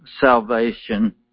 salvation